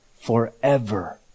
forever